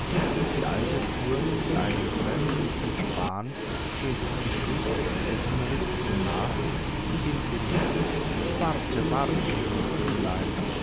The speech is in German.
die alte fuhr mit einem brennenden spahn den sie geschwind aus dem ofen riß ihm nach und indem sie rief warte warte nur söhnchen